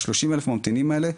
וה-30,000 ממתינים האלה,